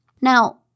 Now